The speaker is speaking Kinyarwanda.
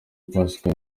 pasika